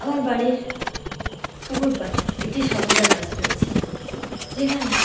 আমার বাড়ির পুকুর পাড়ে একটি সবেদা গাছ রয়েছে যেখানে